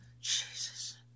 Jesus